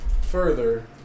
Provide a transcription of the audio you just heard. further